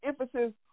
emphasis